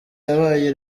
yabaye